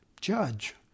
judge